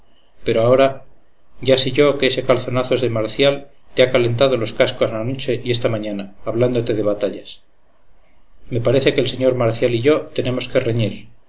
pero ahora ya sé yo que ese calzonazos de marcial te ha calentado los cascos anoche y esta mañana hablándote de batallas me parece que el sr marcial y yo tenemos que reñir